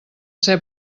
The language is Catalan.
ser